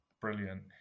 Brilliant